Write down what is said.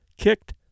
kicked